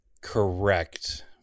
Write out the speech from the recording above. Correct